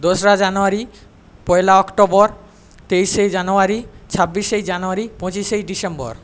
দোসরা জানোয়ারি পয়লা অক্টোবর তেইশে জানোয়ারি ছাব্বিশে জানোয়ারি পঁচিশেই ডিসেম্বর